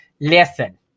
listen